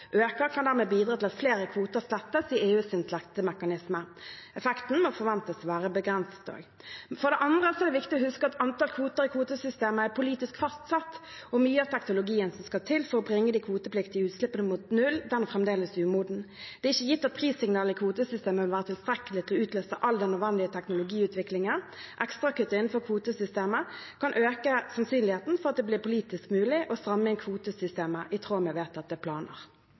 øker, kan dermed bidra til at flere kvoter slettes i EUs slettemekanisme. Effekten må forventes å være begrenset. For det andre er det viktig å huske at antall kvoter i kvotesystemet er politisk fastsatt. Mye av teknologien som skal til for å bringe de kvotepliktige utslippene mot null, er fremdeles umoden. Det er ikke gitt at prissignalet i kvotesystemet vil være tilstrekkelig til å utløse all den nødvendige teknologiutviklingen. Ekstrakutt innenfor kvotesystemet kan øke sannsynligheten for at det blir politisk mulig å stramme inn kvotesystemet i tråd med vedtatte planer.